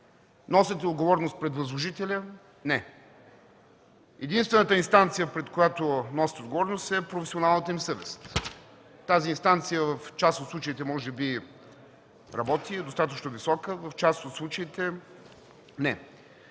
Носят ли отговорност пред възложителя? – Не! Единствената инстанция, пред която носят отговорност, е професионалната им съвест. Тази инстанция в част от случаите може би работи и е достатъчно висока, в част от случаите – не.